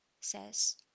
says